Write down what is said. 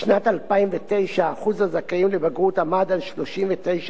בשנת 2009 אחוז הזכאים לבגרות היה 39.89%,